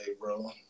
bro